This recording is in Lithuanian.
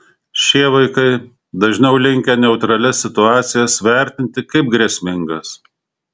šie vaikai dažniau linkę neutralias situacijas vertinti kaip grėsmingas